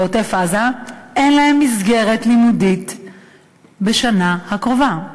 בעוטף-עזה, אין מסגרת לימודים בשנה הקרובה.